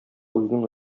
үзенең